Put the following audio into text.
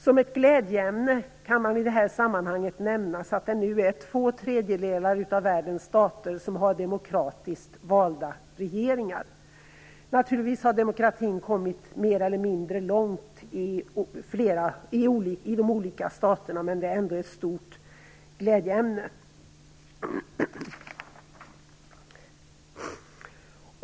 Som ett glädjeämne kan i det här sammanhanget nämnas att det nu är två tredjedelar av världens stater som har demokratiskt valda regeringar. Naturligtvis har demokratin kommit mer eller mindre långt i de olika staterna, men den är ändå ett stort glädjeämne.